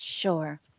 Sure